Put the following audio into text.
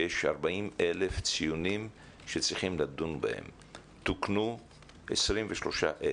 שיש 40,000 ציונים שצריכים לדון בהם תוקנו 23,000,